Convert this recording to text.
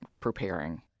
preparing